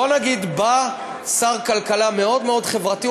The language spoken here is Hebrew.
בואו נגיד שבא שר כלכלה מאוד מאוד חברתי,